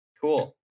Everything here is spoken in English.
Cool